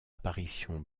apparition